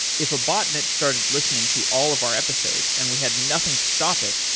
if a botnet started listening to all of our episodes and we had nothing to stop it,